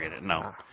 No